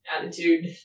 attitude